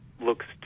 looks